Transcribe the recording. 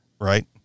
right